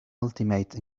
ultimate